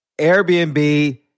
Airbnb